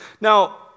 Now